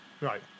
Right